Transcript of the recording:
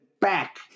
back